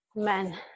Amen